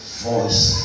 voice